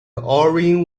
orion